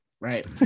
Right